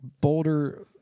boulder